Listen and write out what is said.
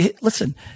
listen